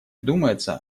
думается